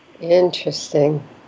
Interesting